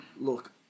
look